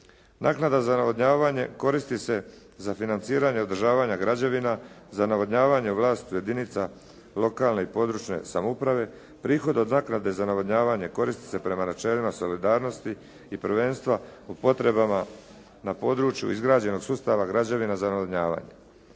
Naknada za navodnjavanje koristi se za financiranje održavanja građevina, za navodnjavanje u vlasti jedinica lokalne i područne samouprave. Prihod od naknade za navodnjavanje koristi se prema načelima solidarnosti i prvenstva u potrebama na području izgrađenog sustava građevina za navodnjavanje.